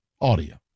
audio